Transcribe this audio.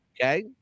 Okay